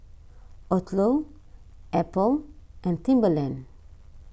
Odlo Apple and Timberland